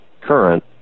current